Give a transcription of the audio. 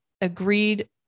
agreed